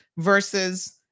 versus